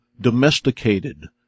domesticated